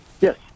Yes